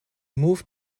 moved